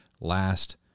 last